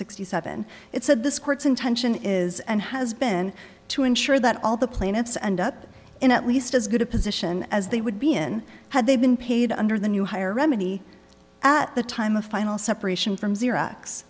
sixty seven it said this court's intention is and has been to ensure that all the plaintiffs end up in at least as good a position as they would be in had they been paid under the new hire remedy at the time of final separation from xerox